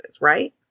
right